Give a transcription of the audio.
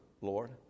lord